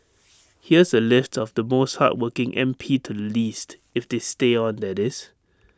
here's A list of the most hardworking M P to the least if they stay on that is